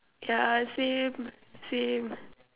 yeah same same